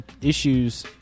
issues